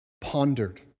pondered